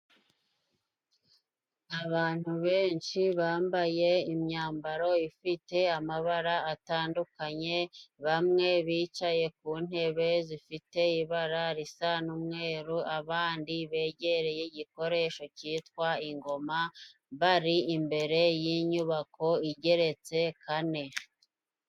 Abantu benshi bambaye imyambaro ifite amabara atandukanye. Bamwe bicaye ku ntebe zifite ibara risa n'umweru, abandi begereye igikoresho cyitwa ingoma, bari imbere y'inyubako igeretse kane.